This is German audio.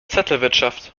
zettelwirtschaft